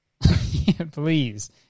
Please